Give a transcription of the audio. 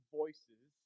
voices